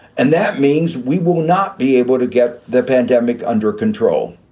and that means we will not be able to get the pandemic under control.